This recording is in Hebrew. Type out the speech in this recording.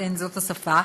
זאת השפה,